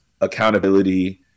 accountability